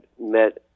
met